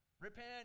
Repent